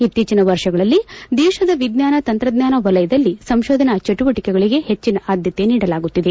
ಇತ್ತೀಚಿನ ವರ್ಷಗಳಲ್ಲಿ ದೇಶದ ವಿಜ್ಞಾನ ತಂತ್ರಜ್ಞಾನ ವಲಯದಲ್ಲಿ ಸಂತೋಧನಾ ಚಟುವಟಿಕೆಗಳಗೆ ಹೆಚಿನ ಆದ್ದತೆ ನೀಡಲಾಗುತ್ತಿದೆ